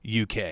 UK